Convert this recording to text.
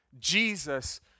Jesus